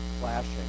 clashing